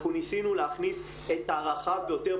אנחנו ניסינו להכניס את הרחב ביותר,